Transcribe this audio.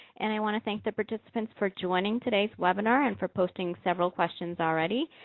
and i want to thank the participants for joining today's webinar and for posting several questions already.